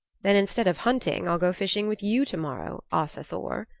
then instead of hunting i'll go fishing with you tomorrow, asa thor,